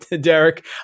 Derek